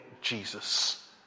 Jesus